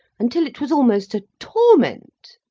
until it was almost a torment.